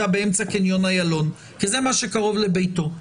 באמצע קניון איילון כי זה מה שקרוב לביתו.